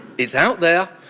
it's out there,